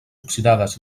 oxidades